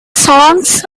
songs